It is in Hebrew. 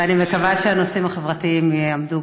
ואני מקווה שהנושאים החברתיים יעמדו,